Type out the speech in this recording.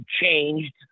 changed